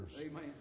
Amen